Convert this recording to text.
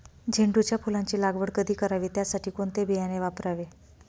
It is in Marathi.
झेंडूच्या फुलांची लागवड कधी करावी? त्यासाठी कोणते बियाणे वापरावे?